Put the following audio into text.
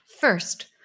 First